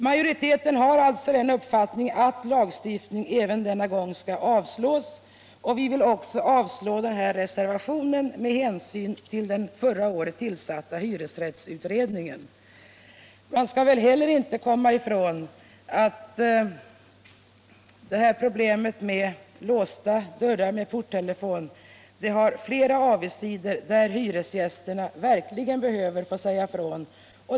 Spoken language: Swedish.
: Majoriteten har alltså den uppfattningen att förslaget om lagstiftning även denna gång skall avslås, och vi vill också att reservationen skall avslås med hänsyn till den förra året tillsatta hyresrättsutredningen. Det går heller inte att komma ifrån att ordningen med låsta dörrar med porttelefon har flera avigsidor där hyresgästerna verkligen behöver säga ifrån.